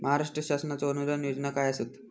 महाराष्ट्र शासनाचो अनुदान योजना काय आसत?